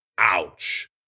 Ouch